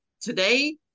Today